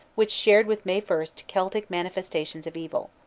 which shared with may first celtic manifestations of evil.